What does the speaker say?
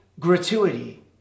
Gratuity